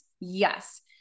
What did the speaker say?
yes